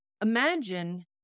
Imagine